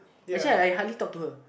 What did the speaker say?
actually I hardly talk to her